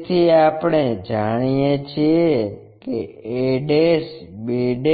તેથી આપણે જાણીએ છીએ કે ab